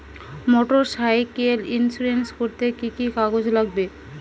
Motorcycle insurance করতে কি কি কাগজ লাগবে?